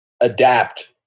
adapt